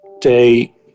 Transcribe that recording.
day